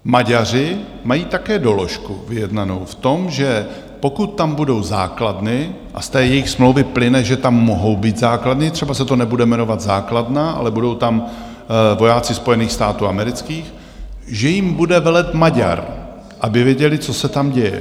Maďaři mají také doložku vyjednanou v tom, že pokud tam budou základny, a z té jejich smlouvy plyne, že tam mohou být základny, třeba se to nebude jmenovat základna, ale budou tam vojáci Spojených států amerických, že jim bude velet Maďar, aby věděli, co se tam děje.